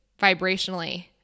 vibrationally